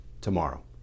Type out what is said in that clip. tomorrow